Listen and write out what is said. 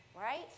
right